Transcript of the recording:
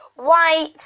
white